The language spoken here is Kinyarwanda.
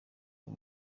uyu